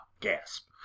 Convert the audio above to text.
Gasp